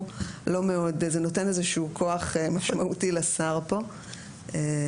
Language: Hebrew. זה נותן איזשהו כוח משמעותי לשר פה באיזון